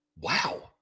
Wow